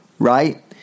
Right